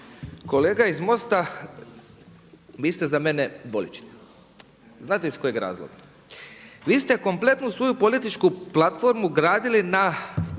Kolega iz MOST-a vi ste za mene dvolični. Znate iz kojeg razloga? Vi ste kompletnu svoju političku platformu gradili na